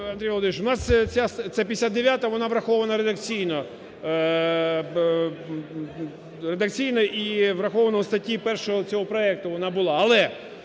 Андрій Володимирович, у нас ця 59-а, вона врахована редакційно. Редакційно і врахована в статті 1 цього проекту, вона була.